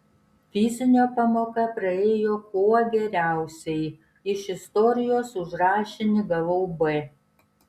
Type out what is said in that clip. fizinio pamoka praėjo kuo geriausiai iš istorijos už rašinį gavau b